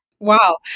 Wow